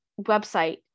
website